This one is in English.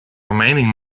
remaining